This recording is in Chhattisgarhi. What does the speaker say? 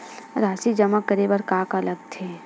राशि जमा करे बर का का लगथे?